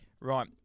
Right